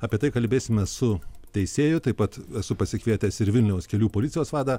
apie tai kalbėsime su teisėju taip pat esu pasikvietęs ir vilniaus kelių policijos vadą